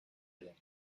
edin